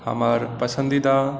हमर पसन्दीदा